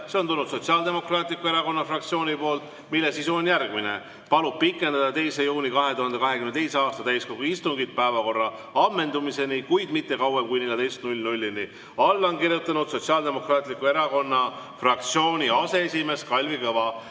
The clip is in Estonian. See on tulnud Sotsiaaldemokraatliku Erakonna fraktsioonilt ja selle sisu on järgmine: "Palun pikendada 2. juuni 2022. aasta täiskogu istungit päevakorra ammendumiseni, kuid mitte kauem kui 14-ni." Alla on kirjutanud Sotsiaaldemokraatliku Erakonna fraktsiooni aseesimees Kalvi Kõva.